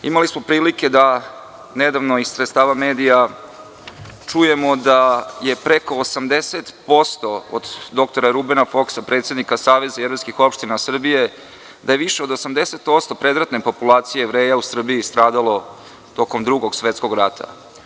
Imali smo prilike da nedavno iz sredstava medija čujemo da je preko 80% od doktora Rubena Foksa, predsednika saveza jevrejskih opština Srbije, da je više od 80% predratne populacije Jevreja u Srbiji stradalo tokom Drugog svetskog rata.